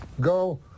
go